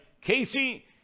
Casey